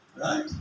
Right